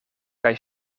kaj